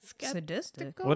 Sadistic